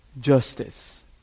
justice